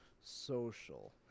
social